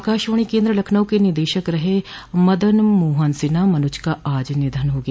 आकाशवाणी केन्द्र लखनऊ के निदेशक रहे मदन मोहन सिन्हा मनूज का आज निधन हो गया